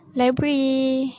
library